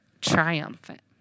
triumphant